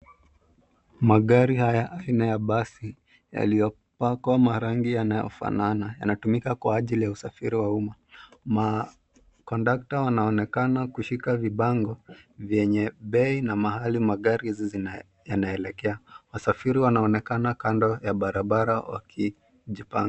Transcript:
Magari haya aina ya basi, yaliyopakwa marangi yanayofanana. Yanatumika kwa ajili ya usafiri wa uma. Kondakta wanaonekana kushika vibango yenye bei na mahali hizi gari yanaelekea. Wasafiri wanaonekana kando ya barabara wakijipanga.